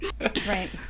right